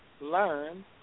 Learn